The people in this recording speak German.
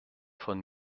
von